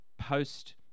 post